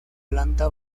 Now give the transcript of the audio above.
planta